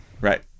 Right